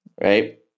right